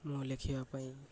ମୁଁ ଲେଖିବା ପାଇଁ